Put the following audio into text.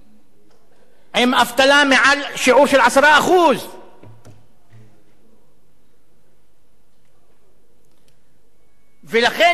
עם אבטלה מעל שיעור של 10%. ולכן נשאלת השאלה,